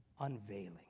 unveiling